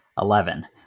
Eleven